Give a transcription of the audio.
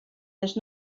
les